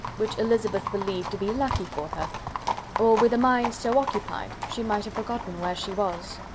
which elizabeth believed to be lucky for her or, with a mind so occupied, she might have forgotten where she was.